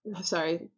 Sorry